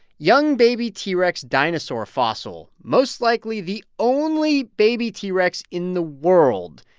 young baby t. rex dinosaur fossil, most likely the only baby t. rex in the world.